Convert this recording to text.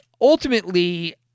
ultimately